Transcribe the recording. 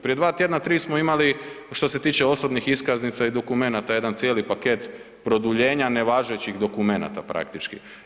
Prije dva tjedna tri smo imali što se tiče osobnih iskaznica i dokumenata jedan cijeli paket produljenja nevažećih dokumenata praktički.